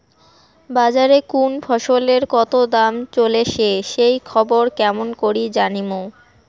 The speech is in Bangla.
বাজারে কুন ফসলের কতো দাম চলেসে সেই খবর কেমন করি জানীমু?